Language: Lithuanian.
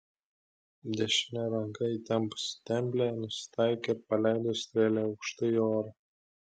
dešine ranka įtempusi templę nusitaikė ir paleido strėlę aukštai į orą